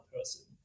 person